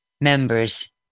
members